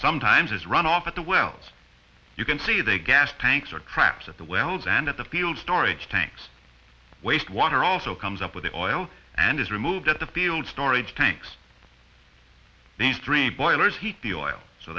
sometimes is run off at the wells you can see the gas tanks are trapped at the wells and at the field storage tanks waste water also comes up with a o l and is removed at the field storage tanks these three boilers heat the oil so